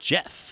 Jeff